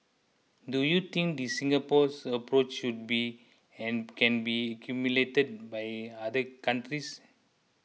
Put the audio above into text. do you think this Singapore approach should be and can be emulated by other countries